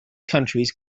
countries